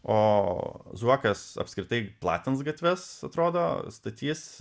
o zuokas apskritai platins gatves atrodo statys